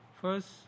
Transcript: First